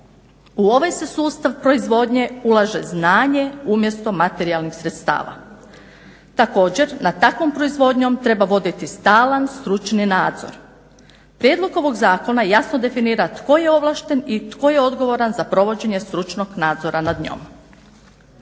U ovaj se sustav proizvodnje ulaže znanje umjesto materijalnih sredstava. Također, nad takvom proizvodnjom treba voditi stalan stručni nadzor. Prijedlog ovog zakona jasno definira tko je ovlašten i tko je odgovoran za provođenje stručnog nadzora nad njom.